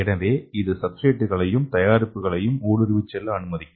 எனவே இது சப்ஸ்டிரேட்களையும் தயாரிப்புகளையும் ஊடுருவி செல்ல அனுமதிக்கும்